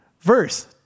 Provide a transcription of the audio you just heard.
verse